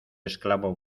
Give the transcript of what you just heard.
esclavo